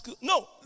No